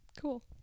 cool